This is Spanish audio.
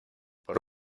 por